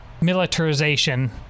militarization